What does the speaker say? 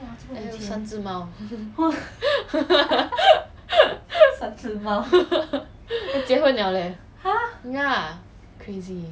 还养了三只猫 结婚了 leh ya crazy